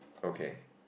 okay